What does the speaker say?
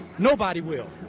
nobody will.